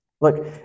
Look